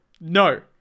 No